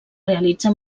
realitza